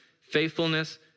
faithfulness